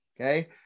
okay